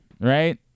right